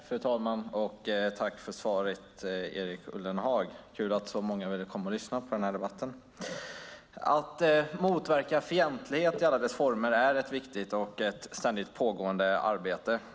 Fru talman! Tack för svaret, Erik Ullenhag! Jag kan lite ironiskt konstatera att det är kul att så många ville komma och lyssna på den här debatten. Att motverka fientlighet i alla dess former är ett viktigt och ett ständigt pågående arbete.